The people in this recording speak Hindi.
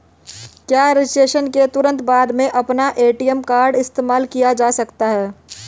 क्या रजिस्ट्रेशन के तुरंत बाद में अपना ए.टी.एम कार्ड इस्तेमाल किया जा सकता है?